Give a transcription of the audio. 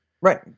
Right